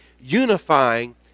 unifying